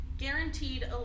Guaranteed